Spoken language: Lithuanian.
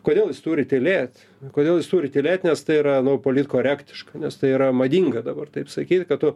kodėl jis turi tylėti kodėl jis turi tylėt nes tai yra nu politkorektiška nes tai yra madinga dabar taip sakyti kad tu